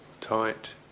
tight